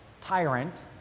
tyrant